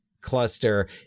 cluster